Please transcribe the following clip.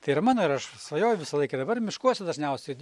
tai yra mano ir aš svajoju visą laiką dabar miškuose dažniausiai